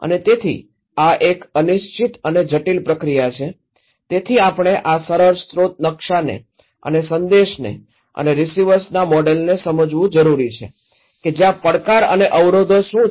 અને તેથી આ એક અનિશ્ચિત અને જટિલ પ્રક્રિયા છે તેથી આપણે આ સરળ સ્રોત નકશાને અને સંદેશને અને રીસીવર્સના મોડેલને સમજવું જરૂરી છે કે જ્યાં પડકાર અને અવરોધો શું છે